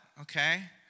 okay